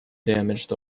damaged